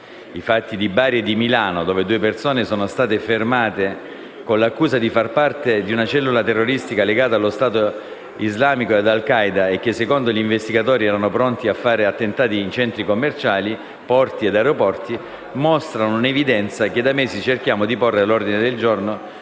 I fatti di Bari e di Milano, dove due persone sono state fermate con l'accusa di far parte di una cellula terroristica legata allo Stato islamico e ad Al Qaeda e che - secondo gli investigatori - erano pronti a fare attentati in centri commerciali, porti e aeroporti, mostrano un'evidenza che da mesi cerchiamo di porre all'ordine del giorno